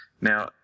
Now